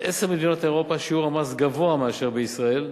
בעשר מדינות באירופה שיעור המס גבוה מאשר בישראל.